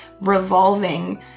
revolving